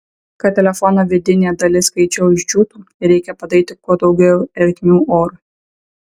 kad telefono vidinė dalis greičiau išdžiūtų reikia padaryti kuo daugiau ertmių orui